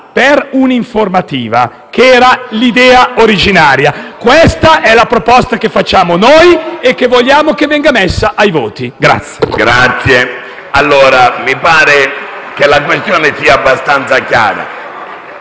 per un'informativa, che era poi l'idea originaria. Questa è la proposta che avanziamo e che vogliamo venga messa ai voti.